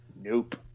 Nope